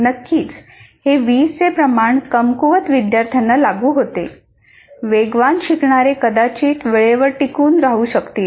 नक्कीच हे 20 चे प्रमाण कमकुवत विद्यार्थ्यांना लागू होते वेगवान शिकणारे कदाचित वेळेवर टिकून राहू शकतील